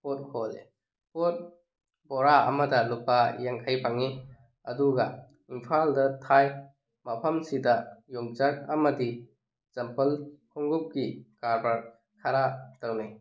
ꯄꯣꯠ ꯍꯣꯜꯂꯦ ꯄꯣꯠ ꯕꯣꯔꯥ ꯑꯃꯗ ꯂꯨꯄꯥ ꯌꯥꯡꯈꯩ ꯐꯪꯉꯤ ꯑꯗꯨꯒ ꯏꯝꯐꯥꯜꯗ ꯊꯥꯏ ꯃꯐꯝꯁꯤꯗ ꯌꯣꯡꯆꯥꯛ ꯑꯃꯗꯤ ꯆꯝꯄꯜ ꯈꯣꯎꯞꯀꯤ ꯀꯔꯕꯥꯔ ꯈꯔ ꯇꯧꯏ